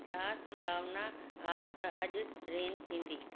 छा संभावना आहे त अॼु रेन थींदी